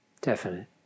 definite